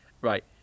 Right